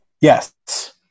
Yes